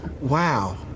Wow